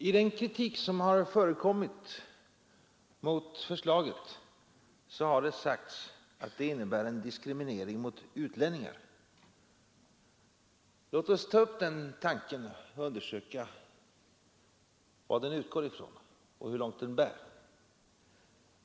I den kritik som har förekommit mot förslaget har det sagts att det innebär en diskriminering av utlänningar. Låt oss ta upp den tanken och undersöka vad den utgår ifrån och hur långt den bär.